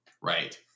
right